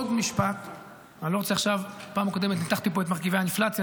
בפעם הקודמת ניתחתי פה את מרכיבי האינפלציה,